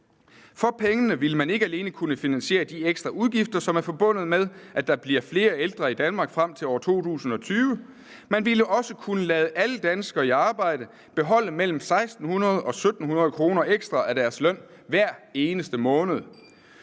For pengene ville man ikke alene kunne finansiere de ekstra udgifter, som er forbundet med, at der bliver flere ældre i Danmark frem til år 2020. Man ville også kunne lade alle danskere i arbejde beholde mellem 1.600 og 1.700 kr. ekstra af deres løn hver eneste måned: